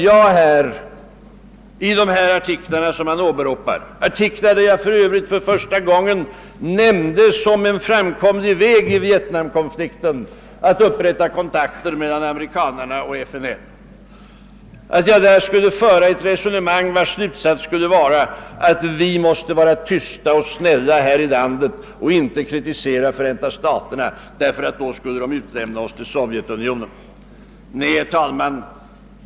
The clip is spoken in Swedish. Det var likadant när herr Palme talade om de artiklar i vilka jag för första gången som en framkomlig väg ur vietnamkonflikten nämnde upprättande av kontakter mellan amerikanarna och FNL. Herr Palme gjorde gällande att jag i de artiklarna förde ett resonemang, vars slutsats var att vi här i landet måste vara tysta och snälla; vi finge inte kritisera Förenta staterna, ty då komme amerikanarna att utlämna oss till Sovjetunionen. Detta är fel.